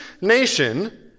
nation